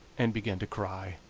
and began to cry